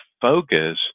focus